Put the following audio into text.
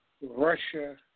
Russia